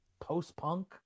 post-punk